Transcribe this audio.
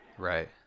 right